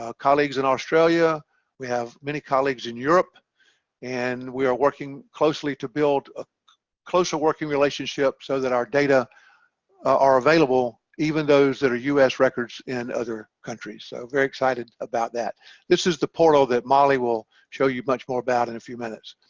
ah colleagues in australia we have many colleagues in europe and we are working closely to build a closer working relationship so that our data are available even those that are us records in other countries so very excited about that this is the portal that molly will show you much more about in a few minutes.